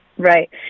Right